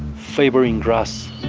favoring grass,